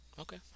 Okay